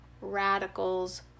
radicals